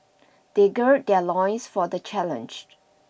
they gird their loins for the challenge